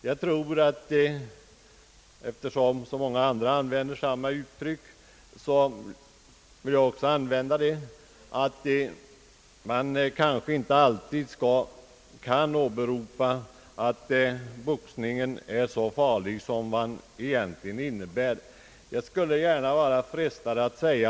berört ungdomsverksamheten = gjort samma påpekande vill också jag hävda, att amatörboxningen egentligen kanske inte är så farlig.